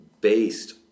based